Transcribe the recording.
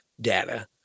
data